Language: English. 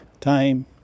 time